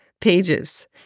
pages